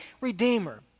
redeemer